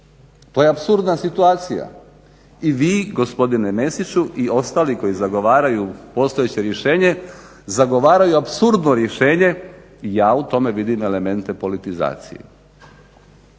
To je apsurdna situacija. I vi gospodine Mesiću i ostali koji zagovaraju postojeće rješenje zagovaraju apsurdno rješenje. Ja u tome vidim elemente politizacije.